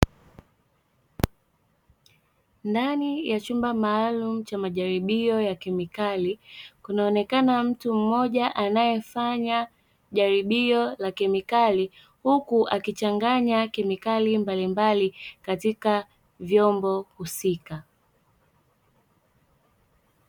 Ndani ya chumba maalum cha majaribio ya kemikali kunaonekana mtu mmoja anayefanya jaribio la kemikali, huku akichanganya kemikali mbalimbali katika vyombo husika.